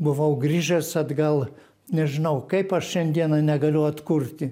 buvau grįžęs atgal nežinau kaip aš šiandieną negaliu atkurti